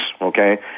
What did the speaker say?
Okay